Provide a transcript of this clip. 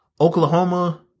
Oklahoma